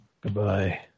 Goodbye